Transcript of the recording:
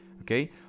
okay